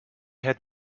had